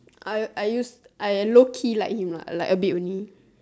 I I used I low key like him lah like a bit only